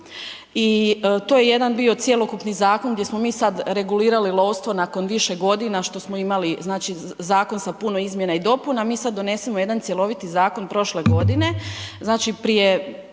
i to je jedan bio cjelokupni zakon gdje smo mi sad regulirali lovstvo nakon više godina, što smo imali znači, zakon sa puno izmjena i dopuna, mi sad donesemo jedan cjeloviti zakon prošle godine, znači prije